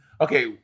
Okay